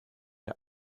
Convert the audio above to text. der